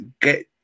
get